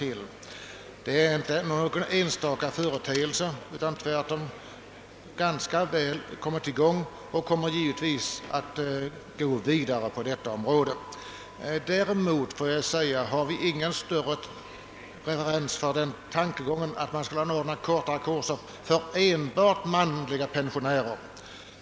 Detta är inte någon enstaka företeelse utan har tvärtom ganska väl kommit i gång, och man kommer givetvis att fortsätta härmed. Däremot har vi ingen större reverens för tankegången att ordna kortare kurser för enbart manliga pensionärer.